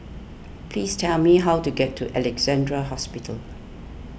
please tell me how to get to Alexandra Hospital